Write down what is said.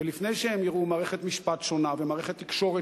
ולפני שהם יראו מערכת משפט שונה ומערכת תקשורת